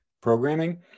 programming